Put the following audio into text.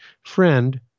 Friend